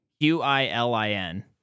Q-I-L-I-N